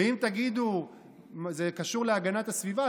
ואם תגידו שזה קשור להגנת הסביבה,